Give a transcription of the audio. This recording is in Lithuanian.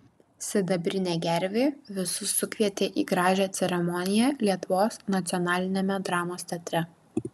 sidabrinė gervė visus sukvietė į gražią ceremoniją lietuvos nacionaliniame dramos teatre